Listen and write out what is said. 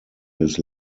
his